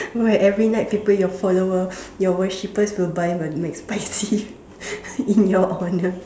right so every night people your follower your worshiper will buy a McSpicy in your honor